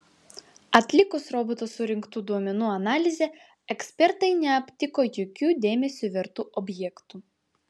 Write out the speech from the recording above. atlikus roboto surinktų duomenų analizę ekspertai neaptiko jokių dėmesio vertų objektų